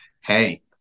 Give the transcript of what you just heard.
hey